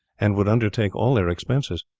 and would undertake all their expenses.